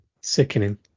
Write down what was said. Sickening